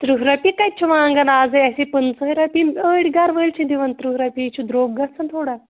تٕرٛہ رۄپیہِ کَتہِ چھُ وانٛگ اَز اَسے پٕنٛژٕہَے رۄپیہِ أڑۍ گرٕ وٲلۍ چھِ دِوان تٕرٛہ رۄپے چھُ درٛوٚگ گژھان تھوڑا